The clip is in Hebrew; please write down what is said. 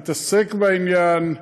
מתעסק בעניין.